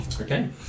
Okay